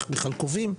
איך בכלל קובעים,